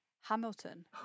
Hamilton